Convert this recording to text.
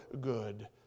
good